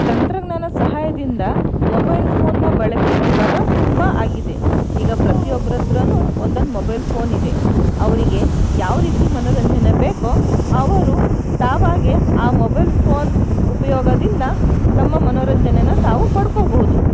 ತಂತ್ರಜ್ಞಾನ ಸಹಾಯದಿಂದ ಮೊಬೈಲ್ ಫೋನ್ನ ಬಳಕೆ ಈವಾಗ ತುಂಬ ಆಗಿದೆ ಈಗ ಪ್ರತಿಯೊಬ್ರತ್ರನೂ ಒಂದೊಂದು ಮೊಬೈಲ್ ಫೋನ್ ಇದೆ ಅವರಿಗೆ ಯಾವ ರೀತಿ ಮನೋರಂಜನೆ ಬೇಕೋ ಅವರು ತಾವಾಗಿಯೇ ಆ ಮೊಬೈಲ್ ಫೋನ್ ಉಪಯೋಗದಿಂದ ತಮ್ಮ ಮನೋರಂಜನೆಯನ್ನು ತಾವು ಪಡ್ಕೋಬಹುದು